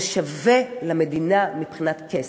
זה שווה למדינה מבחינת כסף.